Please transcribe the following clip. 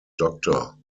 doctor